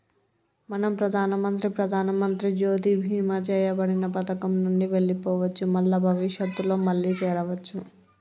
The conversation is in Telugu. మనం ప్రధానమంత్రి ప్రధానమంత్రి జ్యోతి బీమా చేయబడిన పథకం నుండి వెళ్లిపోవచ్చు మల్ల భవిష్యత్తులో మళ్లీ చేరవచ్చు